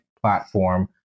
platform